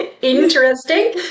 interesting